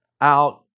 out